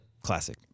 classic